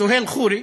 סוהין חורי,